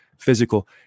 Physical